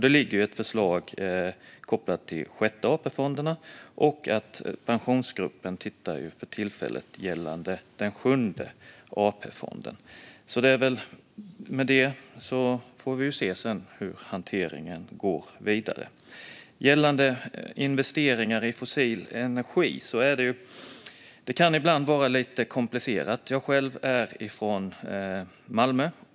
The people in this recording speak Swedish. Det ligger ju ett förslag kopplat till Sjätte AP-fonden, och Pensionsgruppen tittar för tillfället på Sjunde AP-fonden. Vi får sedan se hur hanteringen går vidare. När det gäller investeringar i fossil energi kan det ibland vara lite komplicerat. Jag själv kommer från Malmö.